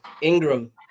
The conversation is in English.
Ingram